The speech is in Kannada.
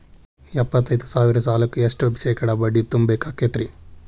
ಎಪ್ಪತ್ತೈದು ಸಾವಿರ ಸಾಲಕ್ಕ ಎಷ್ಟ ಶೇಕಡಾ ಬಡ್ಡಿ ತುಂಬ ಬೇಕಾಕ್ತೈತ್ರಿ?